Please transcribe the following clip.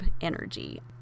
energy